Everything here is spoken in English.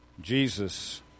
Jesus